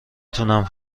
تونم